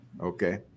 Okay